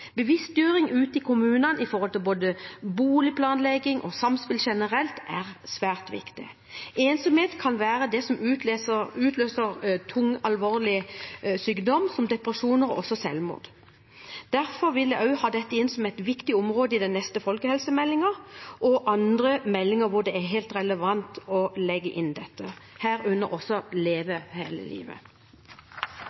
Bevisstgjøring ute i kommunene når det gjelder både boligplanlegging og samspill generelt, er svært viktig. Ensomhet kan være det som utløser tung alvorlig sykdom, som depresjoner og også selvmord. Derfor vil jeg også ha dette inn som et viktig område i den neste folkehelsemeldingen og i andre meldinger hvor det er helt relevant å legge inn dette, herunder også Leve